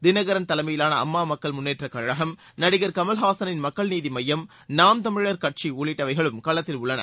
தினகரன் தலைமையிலான தவிர இது முன்னேற்றக்கழகம் நடிகர் கமல்ஹாசனின் மக்கள் நீதி மய்யம் நாம் தமிழர் கட்சி உள்ளிட்டவைகளும் களத்தில் உள்ளன